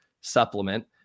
supplement